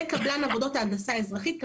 זה קבלן עבודות ההנדסה האזרחית,